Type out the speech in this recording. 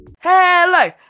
hello